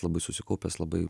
labai susikaupęs labai